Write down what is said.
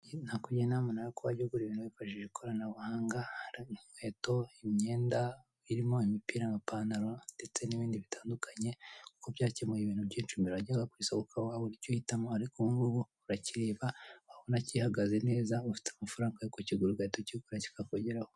Nakugira inama ko nawe wajya ugura ibintu wifashishije ikoranabuhanga harimo inkweto, imyenda irimo imipira, amapantaro ndetse n'ibindi bitandukanye kuko byakemuye ibintu byinshi, mbere wajyaga ku isoko ukaba wabura icyo uhitamo ariko ubu ngubu uracyireba wabona gihagaze neza ufite amafaranga yo kucyigura ugahita ukigura cyikakugeraho.